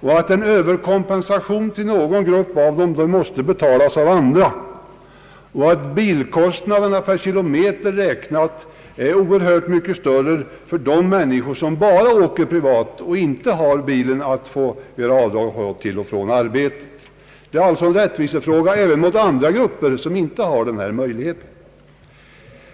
och att en överkompensation till någon grupp måste betalas av andra samt att bilkostnaderna per kilometer räknat är oerhört mycket större för de människor som bara åker privat och inte använder bilen för avdragsgilla resor till och från arbetet. Det är alltså en rättvisefråga som gäller även andra grupper vilka inte har denna avdragsmöjlighet.